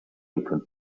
open